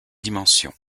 dimensions